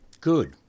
Good